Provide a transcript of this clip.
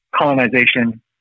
colonization